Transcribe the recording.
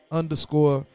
underscore